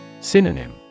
Synonym